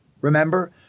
Remember